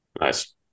Nice